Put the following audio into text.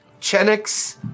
Chenix